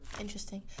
interesting